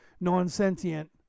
non-sentient